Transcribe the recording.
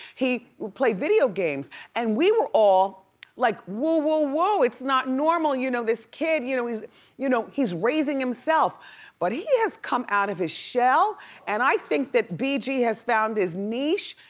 he would play video games and we were all like, whoa whoa whoa, it's not normal. you know, this kid, you know he's you know he's raising himself but he has come out of his shell and i think that bee gee has found his niche.